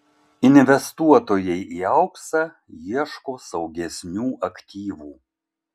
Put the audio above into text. investuotojai į auksą ieško saugesnių aktyvų